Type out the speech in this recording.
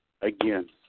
again